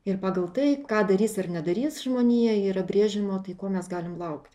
ir pagal tai ką darys ar nedarys žmonija yra brėžiama tai ko mes galim laukti